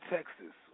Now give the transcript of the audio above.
Texas